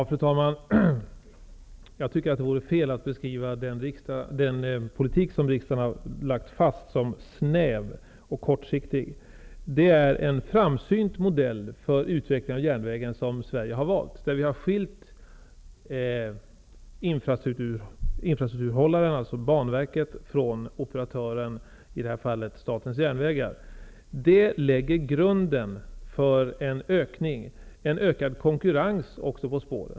Fru talman! Jag tycker att det vore fel att beskriva den politik som riksdagen har lagt fast som snäv och kortsiktig. Det är en framsynt modell för utvecklingen av järnvägen som Sverige har valt. Vi har skilt infrastrukturhållaren, alltså Banverket, från operatören, i det här fallet Statens järnvägar. Det lägger grunden för en ökad konkurrens också på spåren.